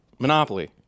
Monopoly